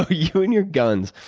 ah you and your guns.